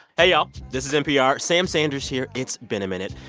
hey, y'all. this is npr. sam sanders here it's been a minute.